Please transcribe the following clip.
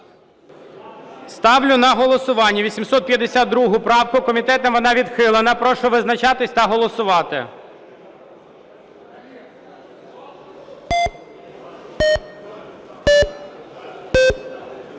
Ставлю на голосування 852 правку. Комітетом вона відхилена. Прошу визначатися та голосувати.